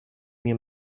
mir